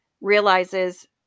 realizes